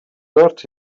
dört